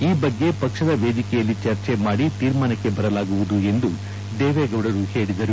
ಈ ಬಗ್ಗೆ ಪಕ್ಷದ ವೇದಿಕೆಯಲ್ಲಿ ಚರ್ಚೆ ಮಾಡಿ ತೀರ್ಮಾನಕ್ಕೆ ಬರಲಾಗುವುದು ಎಂದು ದೇವೇಗೌಡರು ಹೇಳಿದರು